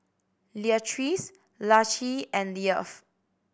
Leatrice Laci and Leif